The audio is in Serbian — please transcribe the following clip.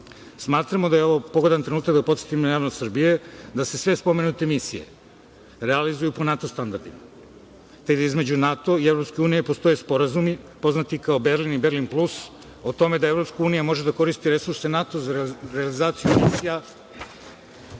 Smatramo da je ovo pogodan trenutak da podsetimo javnost Srbije da se sve spomenute misije realizuju po NATO standardima, te da između NATO i EU postoje sporazumi, poznati kao „Berlin“ i „Berlin plus“, o tome da EU može da koristi resurse NATO za realizaciju misija